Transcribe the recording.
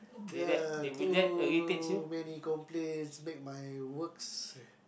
ya too many complaints make my works